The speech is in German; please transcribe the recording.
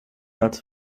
als